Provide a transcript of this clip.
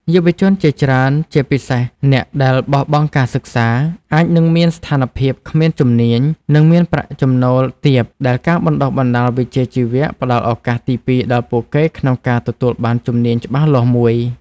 យុវជនជាច្រើន ជាពិសេសអ្នកដែលបោះបង់ការសិក្សា អាចនឹងមានស្ថានភាពគ្មានជំនាញ និងមានប្រាក់ចំណូលទាប ដែលការបណ្តុះបណ្តាលវិជ្ជាជីវៈផ្តល់ឱកាសទីពីរដល់ពួកគេក្នុងការទទួលបានជំនាញច្បាស់លាស់មួយ។